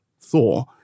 Thor